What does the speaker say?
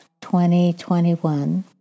2021